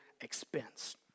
expense